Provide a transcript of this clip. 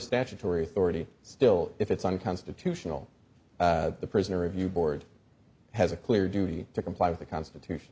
statutory authority still if it's unconstitutional the prisoner review board has a clear duty to comply with the constitution